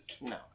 no